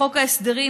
בחוק ההסדרים,